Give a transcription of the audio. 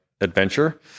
adventure